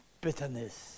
bitterness